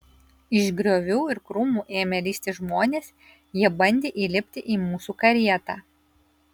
iš griovių ir krūmų ėmė lįsti žmonės jie bandė įlipti į mūsų karietą